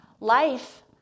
Life